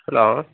hello